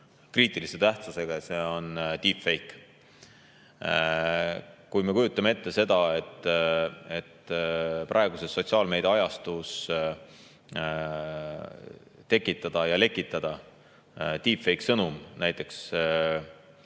kriitilise tähtsusega, see ondeepfake. Kui me kujutame ette seda, et praeguses sotsiaalmeedia ajastus võib tekitada ja lekitadadeepfake-sõnumi näiteks